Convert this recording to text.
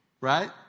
Right